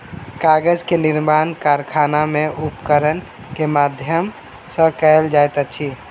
कागज के निर्माण कारखाना में उपकरण के माध्यम सॅ कयल जाइत अछि